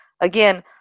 again